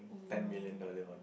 ten million dollar on